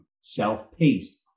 self-paced